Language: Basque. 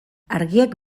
argiak